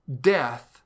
death